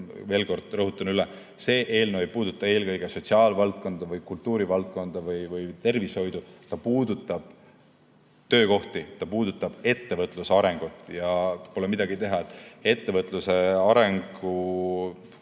veel kord rõhutan üle, ei puuduta eelkõige sotsiaalvaldkonda, kultuurivaldkonda ega tervishoidu, vaid puudutab töökohti. See puudutab ettevõtluse arengut. Ja pole midagi teha, ettevõtluse arengut